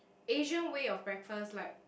Asian way of breakfast like